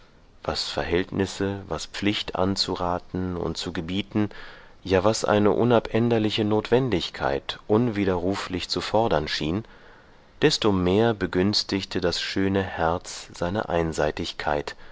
was verhältnisse was pflicht anzuraten und zu gebieten ja was eine unabänderliche notwendigkeit unwiderruflich zu fordern schien desto mehr begünstigte das schöne herz seine einseitigkeit